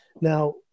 Now